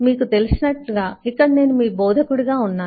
మీకు తెలిసినట్లుగా ఇక్కడ నేను మీ బోధకుడిగా ఉన్నాను